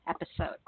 episode